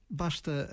basta